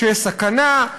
שיש סכנה,